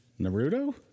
Naruto